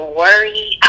worry